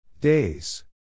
Days